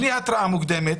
בלי התרעה מוקדמת,